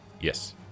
Yes